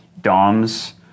Dom's